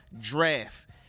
draft